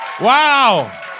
Wow